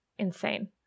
insane